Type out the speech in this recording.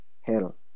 hell